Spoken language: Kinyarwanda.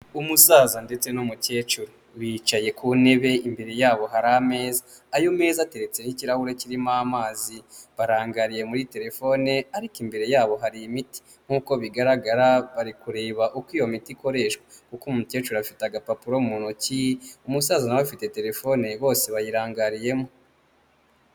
Umusaza ndetse n'umukecuru, bicaye ku ntebe imbere yabo hari ameza, ayo meza ateretseho ikirahure kirimo amazi, barangariye muri terefone ariko imbere yabo hari imiti nkuko bigaragara bari kureba uko iyo miti ikoreshwa, kuko umukecuru afite agapapuro mu ntoki, umusaza nawe afite terefone bose bayirangariyemo.